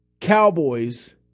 Cowboys